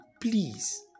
please